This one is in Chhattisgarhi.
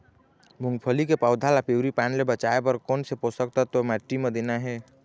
मुंगफली के पौधा ला पिवरी पान ले बचाए बर कोन से पोषक तत्व माटी म देना हे?